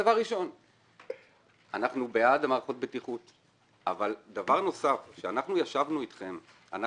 אנחנו בעד מערכות בטיחות אבל עת אנחנו ישבנו אתכם,